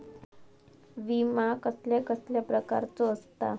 विमा कसल्या कसल्या प्रकारचो असता?